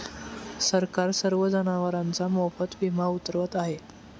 सरकार सर्व जनावरांचा मोफत विमा उतरवत आहे